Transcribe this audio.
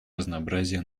разнообразие